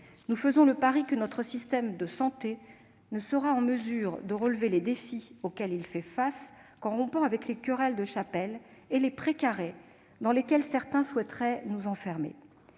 Nous faisons le pari que notre système de santé ne sera en mesure de relever les défis auxquels il fait face qu'en rompant avec les querelles de chapelles et les prés carrés dans lesquels certains souhaiteraient nous enfermer.